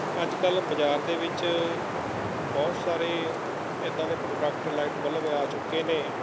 ਅੱਜ ਕੱਲ੍ਹ ਬਜ਼ਾਰ ਦੇ ਵਿੱਚ ਬਹੁਤ ਸਾਰੇ ਇੱਦਾਂ ਦੇ ਪ੍ਰੋਡਕਟ ਲਾਈਟ ਬੱਲਬ ਆ ਚੁੱਕੇ ਨੇ